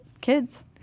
kids